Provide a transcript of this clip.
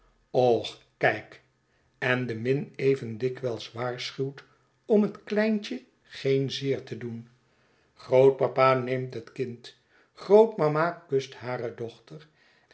och kijk en de min even dikwijls waarschuwt om het kleintje geen zeer te doen grootpapa neemt het kind grootmama kust hare dochter